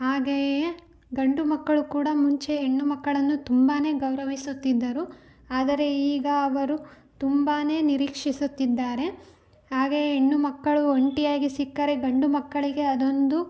ಹಾಗೆಯೇ ಗಂಡು ಮಕ್ಕಳು ಕೂಡ ಮುಂಚೆ ಹೆಣ್ಣುಮಕ್ಕಳನ್ನು ತುಂಬಾ ಗೌರವಿಸುತ್ತಿದ್ದರು ಆದರೆ ಈಗ ಅವರು ತುಂಬಾ ನಿರೀಕ್ಷಿಸುತ್ತಿದ್ದಾರೆ ಹಾಗೇ ಹೆಣ್ಣು ಮಕ್ಕಳು ಒಂಟಿಯಾಗಿ ಸಿಕ್ಕರೆ ಗಂಡು ಮಕ್ಕಳಿಗೆ ಅದೊಂದು